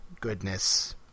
goodness